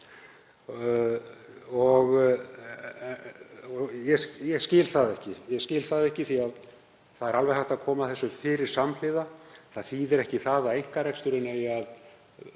Ég skil það ekki. Ég skil það ekki því að það er alveg hægt að koma þessu fyrir samhliða. Það þýðir ekki að einkareksturinn